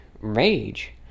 rage